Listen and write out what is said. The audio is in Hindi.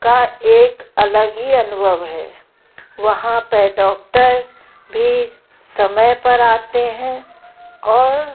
का एक अलग ही अनुभव है वहाँ पर डॉक्टर भी समय पर आते हैं और